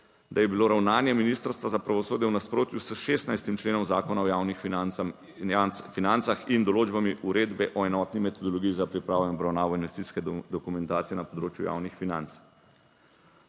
da je bilo ravnanje Ministrstva za pravosodje v nasprotju s 16. členom Zakona o javnih financah in financah in določbami uredbe o enotni metodologiji za pripravo in obravnavo investicijske dokumentacije na področju javnih financ.